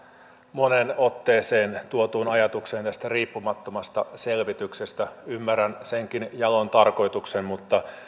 moneen otteeseen tuotuun ajatukseen tästä riippumattomasta selvityksestä niin ymmärrän senkin jalon tarkoituksen mutta